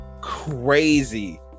crazy